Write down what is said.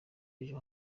ejo